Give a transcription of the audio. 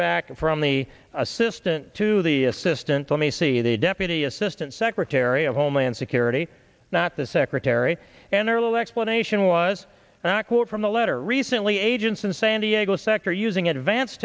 back from the assistant to the assistant let me see the deputy assistant secretary of homeland security that the secretary general explanation was and i quote from the letter recently agents in san diego sector using advanced